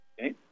okay